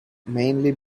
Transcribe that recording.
mainly